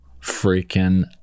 freaking